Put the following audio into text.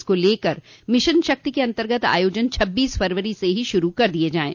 इसको लेकर मिशन शक्ति के अन्तर्गत आयोजन छब्बीस फरवरी से ही शुरू कर दिये जाये